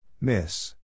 Miss